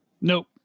nope